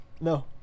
No